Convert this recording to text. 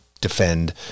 defend